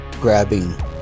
grabbing